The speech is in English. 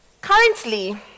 Currently